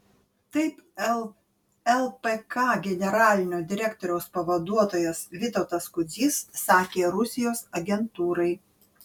taip lpk generalinio direktoriaus pavaduotojas vytautas kudzys sakė rusijos agentūrai